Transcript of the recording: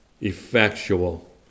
effectual